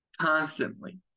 constantly